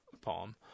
palm